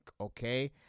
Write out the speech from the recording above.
okay